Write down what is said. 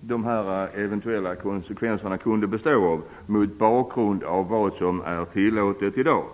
dessa eventuella konsekvenser kunde bestå av, mot bakgrund av vad som är tillåtet i dag.